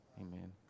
Amen